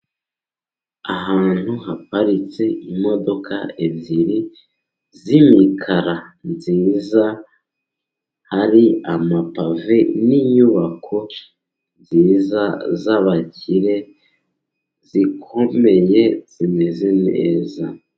Ahantu haparitse imodoka ebyiri z'imikara nziza, hari amapave, n'inyubako nziza zabakire zikomeye zimeze neza.